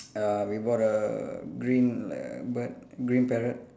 uh we bought a green bird green parrot